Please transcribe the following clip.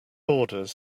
orders